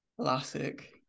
Classic